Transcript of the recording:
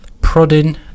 prodding